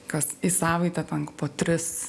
kas į savaitę po tris